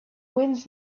winds